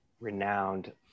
renowned